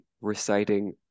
reciting